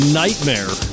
nightmare